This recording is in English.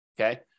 Okay